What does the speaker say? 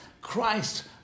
Christ